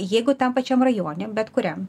jeigu tam pačiam rajone bet kuriam